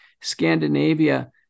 scandinavia